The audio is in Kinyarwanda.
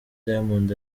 diamond